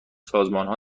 سازمانها